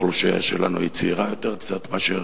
האוכלוסייה שלנו היא קצת צעירה יותר מאשר